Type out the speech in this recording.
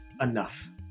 enough